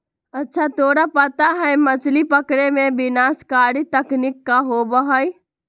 अच्छा तोरा पता है मछ्ली पकड़े में विनाशकारी तकनीक का होबा हई?